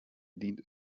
dient